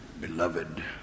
Beloved